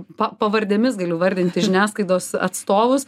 pa pavardėmis galiu vardinti žiniasklaidos atstovus